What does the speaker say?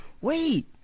wait